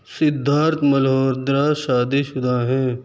سدھارتھ ملہوترا شادی شدہ ہیں